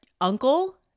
Uncle